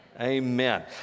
Amen